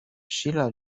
شیلا